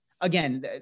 again